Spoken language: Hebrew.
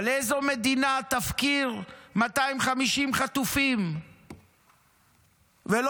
אבל איזו מדינה תפקיר 250 חטופים ולא